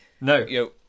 No